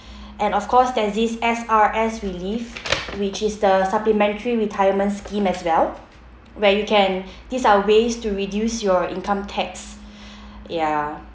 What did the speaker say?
and of course there is this S_R_S relief which is the supplementary retirement scheme as well where you can this are ways to reduce your income tax ya